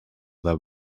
their